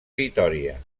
vitòria